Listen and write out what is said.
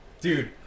Dude